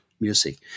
music